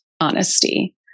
honesty